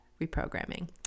Reprogramming